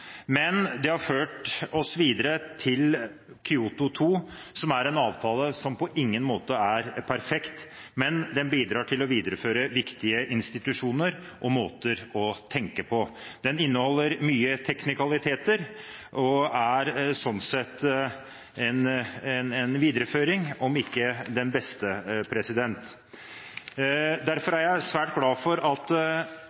men de har ført oss videre til Kyoto 2, som er en avtale som på ingen måte er perfekt, men den bidrar til å videreføre viktige institusjoner og måter å tenke på. Den inneholder mange teknikaliteter og er sånn sett en videreføring, om ikke den beste. Derfor